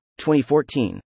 2014